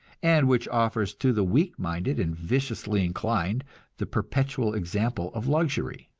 and which offers to the weak-minded and viciously inclined the perpetual example of luxury.